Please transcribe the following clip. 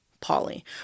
Polly